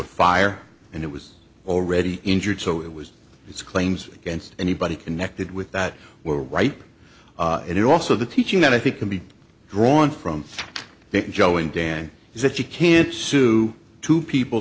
a fire and it was already injured so it was its claims against anybody connected with that were right and also the teaching that i think can be drawn from there joe and dan is that you can't sue two people